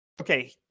Okay